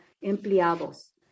empleados